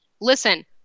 Listen